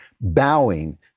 bowing